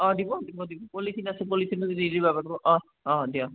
অঁ দিব দিব দিব পলিথিন আছে পলিথিনত দি দিব পাৰিব অঁ অঁ দিয়ক